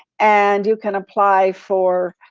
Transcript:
and you can apply for